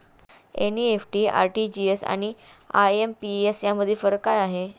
NEFT, RTGS आणि IMPS यामधील फरक काय आहे?